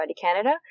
Canada